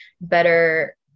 better